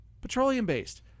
petroleum-based